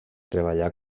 treballà